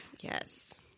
Yes